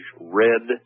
red